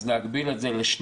אז להגביל את זה לשנתיים,